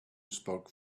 spoke